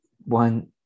one